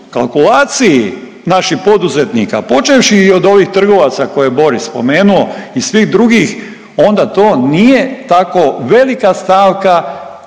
kalkulaciji naših poduzetnika, počevši i od ovih trgovaca koje je Boris spomenuo i svih drugih onda to nije tako velika stavka